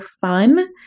fun